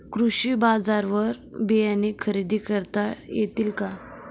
कृषी बाजारवर बियाणे खरेदी करता येतील का?